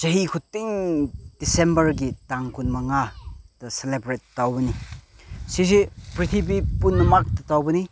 ꯆꯍꯤ ꯈꯨꯗꯤꯡ ꯗꯤꯁꯦꯝꯕꯔꯒꯤ ꯇꯥꯡ ꯀꯨꯟꯃꯉꯥꯗ ꯁꯦꯂꯦꯕ꯭ꯔꯦꯠ ꯇꯧꯕꯅꯤ ꯁꯤꯁꯦ ꯄ꯭ꯔꯤꯊꯤꯕꯤ ꯄꯨꯝꯅꯃꯛꯇ ꯇꯧꯕꯅꯤ